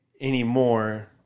anymore